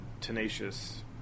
tenacious